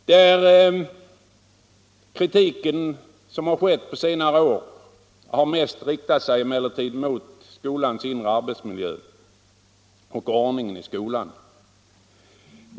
Den kritik som förekommit under senare år har mest riktat sig mot skolans inre arbetsmiljö och ordningen i skolan.